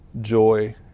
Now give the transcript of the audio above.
joy